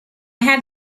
had